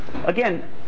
Again